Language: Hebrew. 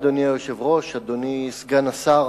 אדוני היושב-ראש, אדוני סגן השר,